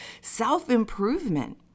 self-improvement